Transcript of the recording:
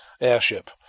Airship